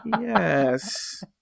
yes